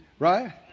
Right